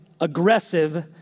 aggressive